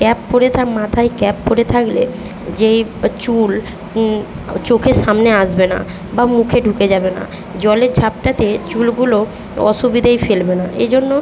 cap পরে তার মাথায় ক্যাপ পরে থাকলে যে চুল চোখের সামনে আসবে না বা মুখে ঢুকে যাবে না জলের ঝাপটাতে চুলগুলো অসুবিধায় ফেলবে না এ জন্য